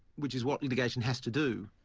which is what litigation has to do,